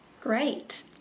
Great